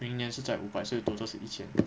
明年是在五百所以 total 是一千